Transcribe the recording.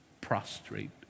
prostrate